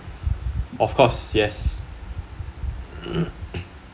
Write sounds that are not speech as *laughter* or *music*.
of course yes *noise*